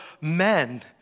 men